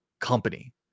company